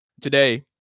today